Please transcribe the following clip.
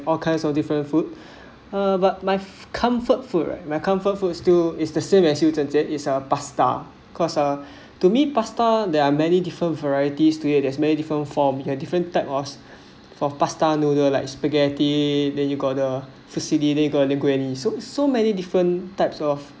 all kinds of different food uh but my comfort food right my comfort food is still the same as you zhen jie is pasta cause uh to me pasta there are many different varieties to as many different form you have different type of of pasta noodle like spaghetti then you got the fusilli then you got the linguine so so many different types of